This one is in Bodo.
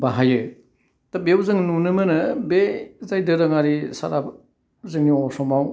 बाहायो दा बेवजों नुनो मोनो बे जाय दोरोङारि सारा जोंनि अस'माव